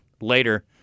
later